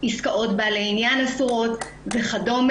עסקאות בעלי עניין אסורות וכדו',